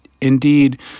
Indeed